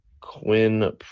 Quinn